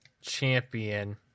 champion